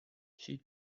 she